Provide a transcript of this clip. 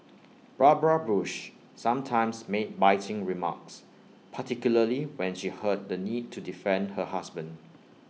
Barbara bush sometimes made biting remarks particularly when she heard the need to defend her husband